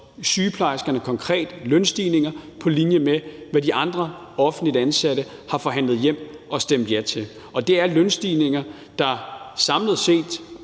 sygeplejerskerne konkrete lønstigninger på linje med, hvad de andre offentligt ansatte har forhandlet hjem og stemt ja til, og det er lønstigninger, der samlet set